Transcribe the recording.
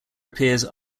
appears